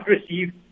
received